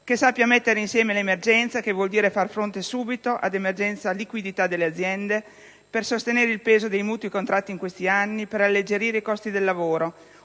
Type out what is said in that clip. che sappia mettere insieme l'emergenza, che vuol dire far fronte subito all'emergenza liquidità delle aziende per sostenere il peso dei mutui contratti in questi anni per alleggerire i costi del lavoro.